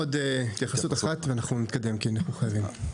עוד התייחסות אחת ואנחנו נתקדם, כי אנחנו חייבים.